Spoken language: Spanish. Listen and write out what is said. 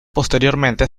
posteriormente